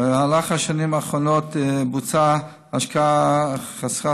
במהלך השנים האחרונות בוצעה השקעה חסרת